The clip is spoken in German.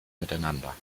miteinander